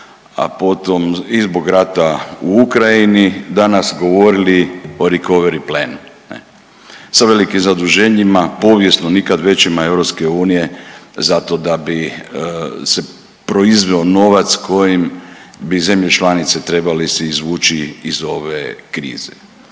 a potom i zbog rata u Ukrajini danas govorili o Recovery Plan sa velikim zaduženjima, povijesno nikad većima EU zato da bi se proizveo novac kojim bi zemlje članice trebale se izvući iz ove krize.